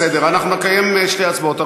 בסדר, אנחנו נקיים שתי הצבעות.